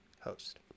host